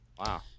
Wow